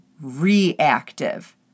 reactive